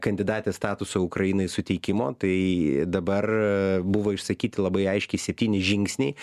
kandidatės statuso ukrainai suteikimo tai dabar buvo išsakyti labai aiškiai septyni žingsniai